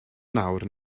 nawr